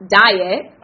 diet